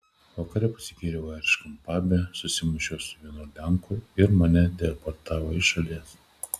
vakare prisigėriau airiškam pabe susimušiau su vienu lenku ir mane deportavo iš šalies